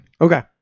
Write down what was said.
Okay